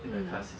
mm